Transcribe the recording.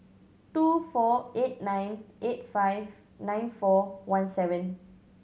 two four eight nine eight five nine four one seven